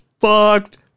fucked